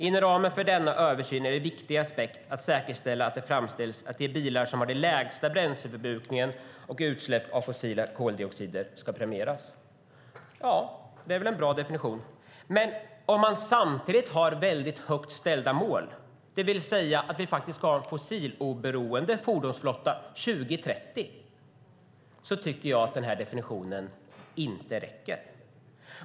Inom ramen för denna översyn är en viktig aspekt att säkerställa att det även fortsättningsvis är de bilar som har lägst bränsleförbrukning och utsläpp av fossil koldioxid som premieras." Ja, det är väl en bra definition. Men om man har väldigt högt ställda mål, det vill säga att vi ska ha en fossiloberoende fordonsflotta 2030, räcker inte denna definition.